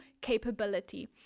capability